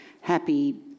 happy